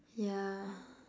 yeah